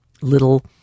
little